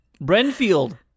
Brenfield